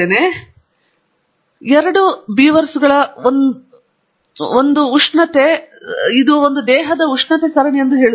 ಇದು ಎರಡು ಬೀವರ್ಗಳ ಒಂದು ದೇಹದ ಉಷ್ಣತೆ ಸರಣಿ ಎಂದು ಹೇಳುತ್ತದೆ